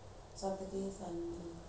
but you don't want on saturday lah